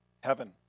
heaven